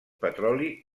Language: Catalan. petroli